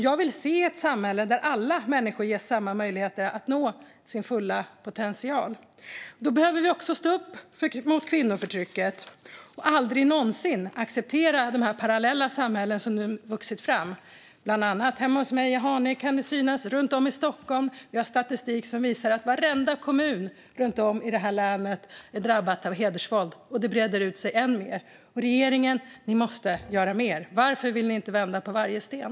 Jag vill se ett samhälle där alla människor ges samma möjlighet att nå sin fulla potential. Då behöver vi stå upp mot kvinnoförtrycket och aldrig någonsin acceptera de parallella samhällen som nu vuxit fram. Bland annat hemma hos mig i Haninge kan det synas, liksom runt om i Stockholm. Vi har statistik som visar att varenda kommun runt om i det här länet är drabbad av hedersvåld, och det breder ut sig än mer. Regeringen, ni måste göra mer! Varför vill ni inte vända på varje sten?